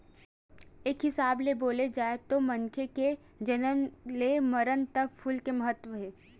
एक हिसाब ले बोले जाए तो मनखे के जनम ले मरन तक फूल के महत्ता हे